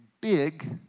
big